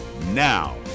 now